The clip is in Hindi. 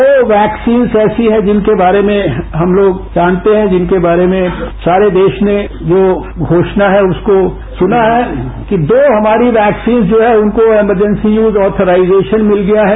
दो वैक्सीन्स ऐसी हैं जिनके बारे में हम लोग जानते हैं जिनके बारे में सारे देश ने जो घोषणा है उसको सुना है कि दो हमारी वैक्सीन्स जो है उनको इमरजेंसी यूज ऑधराइजेशन मिल गया है